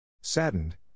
Saddened